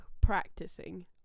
practicing